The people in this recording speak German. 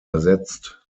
ersetzt